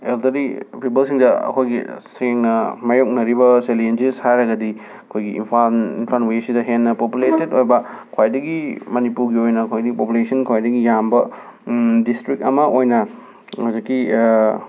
elderly ꯄꯤꯕꯜꯁꯤꯡꯗ ꯑꯩꯈꯣꯏꯒꯤ ꯁꯦꯡꯅ ꯃꯥꯌꯣꯛꯅꯔꯤꯕ ꯆꯦꯂꯦꯟꯖꯦꯁ ꯍꯥꯏꯔꯒꯗꯤ ꯑꯩꯈꯣꯏꯒꯤ ꯏꯝꯐꯥꯟ ꯏꯝꯐꯥꯟ ꯋꯦꯁꯁꯤꯗ ꯍꯦꯟꯅ ꯄꯣꯄꯨꯂꯦꯇꯦꯠ ꯑꯣꯏꯕ ꯈ꯭ꯋꯥꯏꯗꯒꯤ ꯃꯅꯤꯄꯨꯔꯒꯤ ꯑꯣꯏꯅ ꯈ꯭ꯋꯥꯏꯗꯒꯤ ꯄꯣꯄꯨꯂꯦꯁꯟ ꯈ꯭ꯋꯥꯏꯗꯒꯤ ꯌꯥꯝꯕ ꯗꯤꯁꯇ꯭ꯔꯤꯛ ꯑꯃ ꯑꯣꯏꯅ ꯍꯧꯖꯤꯛꯀꯤ